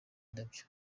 indabyo